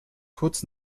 kurz